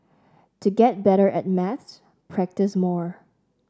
to get better at maths practise more